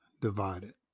divided